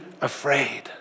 afraid